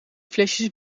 flesjes